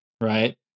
right